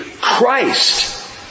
Christ